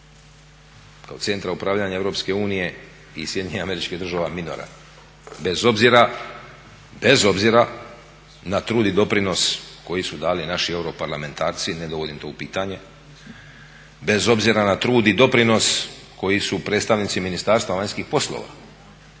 kao centra upravljanja EU i SAD-a minoran. Bez obzira na trud i doprinos koji su dali naši europarlamentarci, ne dovodim to u pitanje, bez obzira na trud i doprinos koji su predstavnici Ministarstva vanjskih poslova